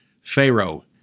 Pharaoh